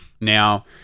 Now